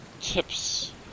tips